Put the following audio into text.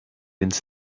ins